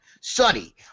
Sonny